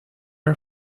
are